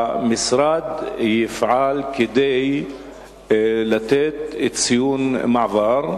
המשרד יפעל כדי לתת ציון מעבר,